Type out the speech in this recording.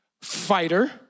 fighter